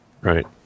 Right